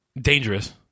dangerous